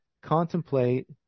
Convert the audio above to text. contemplate